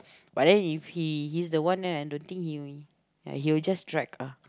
but then if he he's the one then I don't think he will ya he will just drag ah